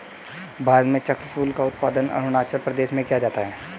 भारत में चक्रफूल का उत्पादन अरूणाचल प्रदेश में किया जाता है